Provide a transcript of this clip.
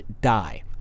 die